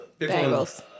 Bengals